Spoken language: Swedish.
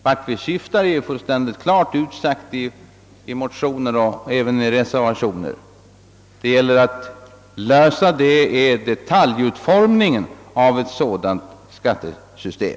Vart vi syftar är fullt klart utsagt i motioner och reservationer. Vad det gäller att lösa är frågan om detaljutformningen av ett sådant skattesystem.